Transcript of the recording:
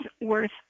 worth